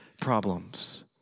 problems